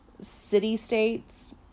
city-states